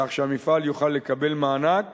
כך שהמפעל יוכל לקבל מענק